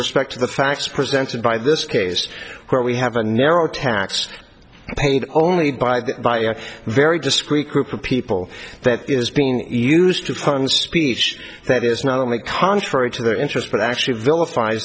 respect to the facts presented by this case where we have a narrow tax paid only by by a very discrete group of people that is being used to fund speech that is not only contrary to their interest but actually vilifie